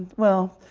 well,